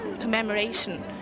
commemoration